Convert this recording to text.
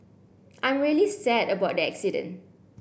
I'm really sad about the accident